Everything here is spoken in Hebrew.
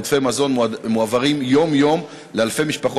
ועודפי מזון מועברים יום-יום לאלפי משפחות,